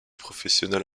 professionnels